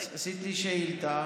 עשית שאילתה,